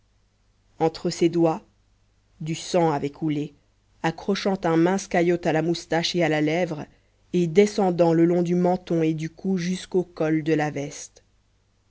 entre ses doigts du sang avait coulé accrochant un mince caillot à la moustache et à la lèvre et descendant le long du menton et du cou jusqu'au col de la veste